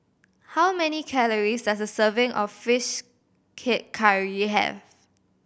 how many calories does a serving of fish curry have